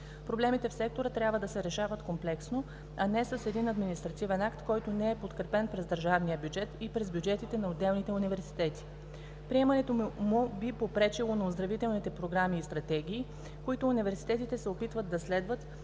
Проблемите в сектора трябва да се решават комплексно, а не с един административен акт, който не е подкрепен през държавния бюджет и през бюджетите на отделните университети. Приемането му би попречило на оздравителните програми и стратегии, които университетите се опитват да следват